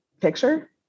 picture